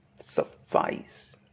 suffice